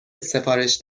سفارش